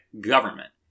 government